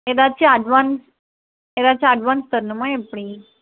ஏதாச்சும் அட்வான்ஸ் ஏதாச்சும் அட்வான்ஸ் தரணுமா எப்படி